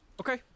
Okay